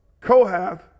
Kohath